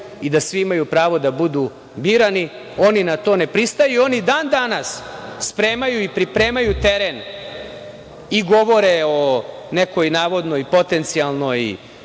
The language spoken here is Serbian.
i da svi imaju pravo da budu birani, oni na to ne pristaju. Oni i dan-danas spremaju teren i govore o nekoj navodnoj, potencijalnoj